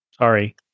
Sorry